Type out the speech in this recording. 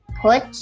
put